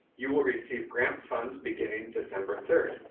you will receive grant funds beginning december three,